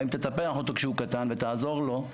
אם תטפח אותו כשהוא קטן ותעזור לו,